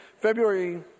February